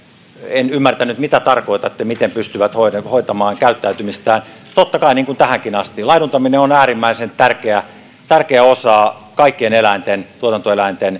en ymmärtänyt mitä tarkoitatte miten pystyvät hoitamaan hoitamaan käyttäytymistään totta kai niin kuin tähänkin asti laiduntaminen on äärimmäisen tärkeä tärkeä osa kaikkien tuotantoeläinten